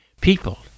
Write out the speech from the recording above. people